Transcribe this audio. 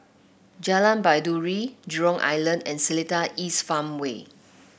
Jalan Baiduri Jurong Island and Seletar East Farmway